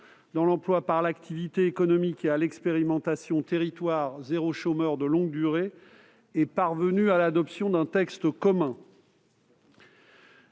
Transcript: dans l'emploi par l'activité économique et à l'expérimentation « territoires zéro chômeur de longue durée » est parvenue à l'adoption d'un texte commun.